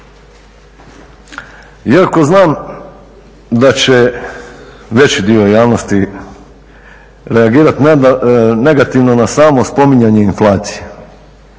Iako znam da će veći dio javnosti reagirati negativno na samo spominjanje inflacije,